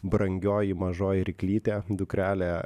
brangioji mažoji ryklytė dukrelė